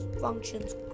functions